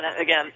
again